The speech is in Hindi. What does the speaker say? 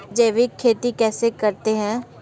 जैविक खेती कैसे करते हैं?